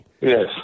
Yes